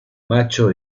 macho